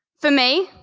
for me,